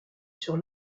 sur